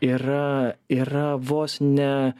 yra yra vos ne